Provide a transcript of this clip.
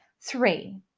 Three